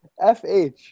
FH